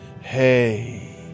hey